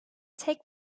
tek